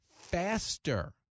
faster